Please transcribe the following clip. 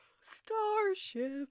starship